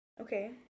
Okay